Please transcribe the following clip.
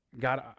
God